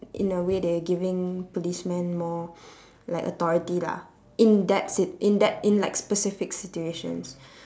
in a way they're giving policemen more like authority lah in that sit~ in that in like specific situations